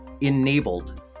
enabled